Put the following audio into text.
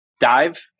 dive